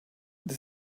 the